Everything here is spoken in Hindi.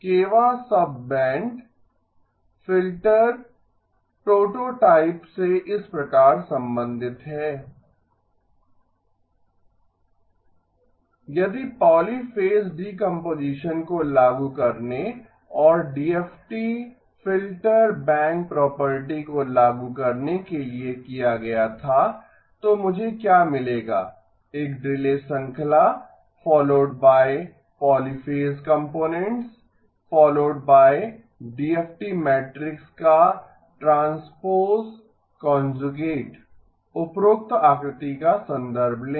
Kवां सबबैंड फ़िल्टर प्रोटोटाइप से इस प्रकार संबंधित है यदि पॉलीफ़ेज़ डीकम्पोजीशन को लागू करने और डीएफटी फ़िल्टर बैंक प्रॉपर्टी को लागू करने के लिए किया गया था तो मुझे क्या मिलेगा एक डिले श्रृंखला followed by polyphase components followed by DFT matrix का ट्रांसपोस कांजुगेट उपरोक्त आकृति का संदर्भ लें